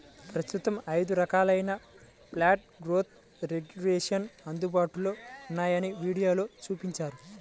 ప్రస్తుతం ఐదు రకాలైన ప్లాంట్ గ్రోత్ రెగ్యులేషన్స్ అందుబాటులో ఉన్నాయని వీడియోలో చూపించారు